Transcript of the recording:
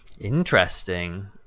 Interesting